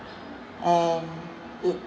and it